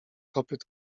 kopyt